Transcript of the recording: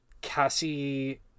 Cassie